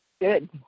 Good